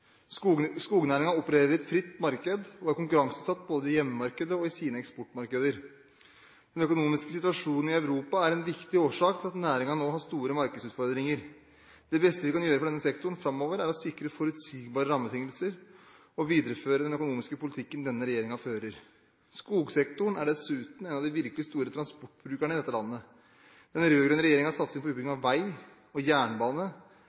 opererer i et fritt marked og er konkurranseutsatt både i hjemmemarkedet og i sine eksportmarkeder. Den økonomiske situasjonen i Europa er en viktig årsak til at næringen nå har store markedsutfordringer. Det beste vi kan gjøre for denne sektoren framover, er å sikre forutsigbare rammebetingelser og videreføre den økonomiske politikken denne regjeringen fører. Skogsektoren er dessuten en av de virkelig store transportbrukerne i dette landet. Den rød-grønne regjeringens satsing på utbygging av vei og jernbane